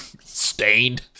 Stained